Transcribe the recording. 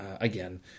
again